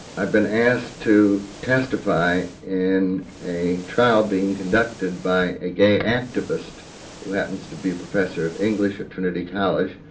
i've been asked to testify in a trial being conducted by a gay activist who happens to be a professor of english at trinity college,